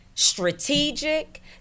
strategic